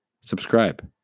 subscribe